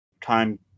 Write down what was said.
time